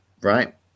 right